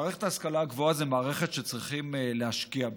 מערכת ההשכלה הגבוהה זו מערכת שצריך להשקיע בה,